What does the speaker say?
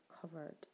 covered